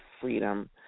freedom